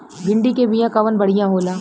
भिंडी के बिया कवन बढ़ियां होला?